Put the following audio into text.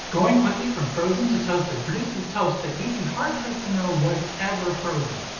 going quickly from frozen to toasted produces toast that you'd be hard-pressed to know was ever frozen.